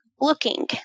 looking